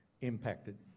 impacted